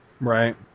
Right